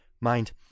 Mind